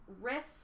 Riff